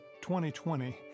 2020